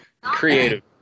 Creative